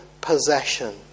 possession